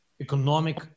economic